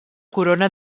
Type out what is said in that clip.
corona